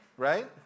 Right